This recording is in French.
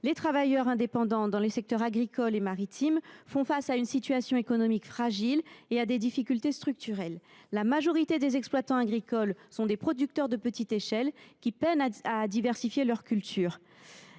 Les travailleurs indépendants dans les secteurs agricole et maritime font face à une situation économique fragile et à des difficultés structurelles. Ainsi, la majorité des exploitants agricoles sont des producteurs de petite échelle, qui peinent à diversifier leurs cultures.